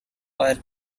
were